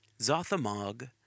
Zothamog